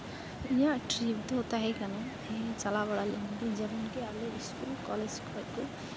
ᱤᱧᱟᱹᱜ ᱴᱨᱤᱯ ᱫᱚ ᱛᱟᱦᱮᱸ ᱠᱟᱱᱟ ᱦᱮᱸ ᱪᱟᱞᱟᱣ ᱵᱟᱲᱟ ᱞᱮᱱ ᱜᱮᱭᱟᱹᱧ ᱡᱮᱢᱚᱱᱠᱤ ᱟᱞᱮ ᱥᱠᱩᱞ ᱠᱚᱞᱮᱡᱽ ᱠᱷᱚᱡ ᱠᱚ